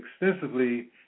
extensively